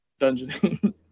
dungeoning